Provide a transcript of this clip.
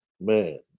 Man